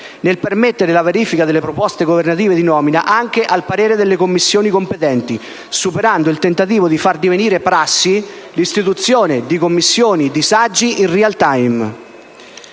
a permettere la verifica delle proposte governative di nomina anche al parere delle Commissioni competenti, superando il tentativo di far divenire prassi l'istituzione di Commissioni di saggi in *real time.*